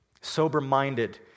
sober-minded